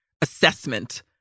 Assessment